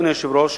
אדוני היושב-ראש,